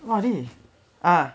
!wah! ah